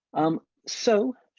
um, so